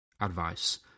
advice